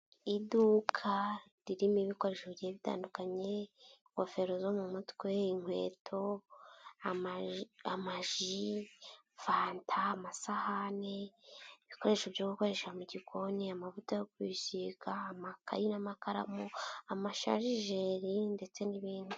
Iduka ririmo ibikoresho bigiye bitandukanye, ingofero zo mu mutwe, inkweto, amaji, fanta, amasahani, ibikoresho byo gukoresha mu gikoni, amavuta yo kwisiga, amakayi n'amakaramu, amasharijeri ndetse n'ibindi.